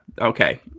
Okay